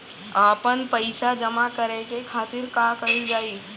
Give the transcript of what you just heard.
आपन पइसा जमा करे के खातिर का कइल जाइ?